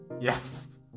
Yes